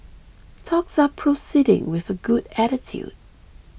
talks are proceeding with a good attitude